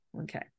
Okay